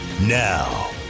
Now